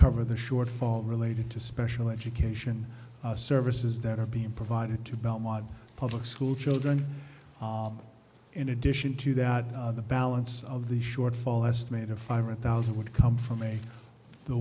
cover the shortfall related to special education services that are being provided to belmont public school children in addition to that the balance of the shortfall estimated five thousand would come from a the